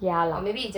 ya lah